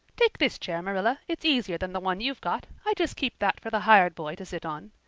take this chair, marilla it's easier than the one you've got i just keep that for the hired boy to sit on.